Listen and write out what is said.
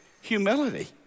humility